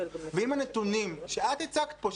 ואם הנתונים שאת הצגת פה,